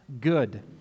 good